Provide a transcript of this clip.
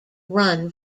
run